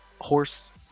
horse